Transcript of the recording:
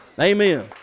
Amen